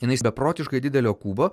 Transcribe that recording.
jinais beprotiškai didelio kubo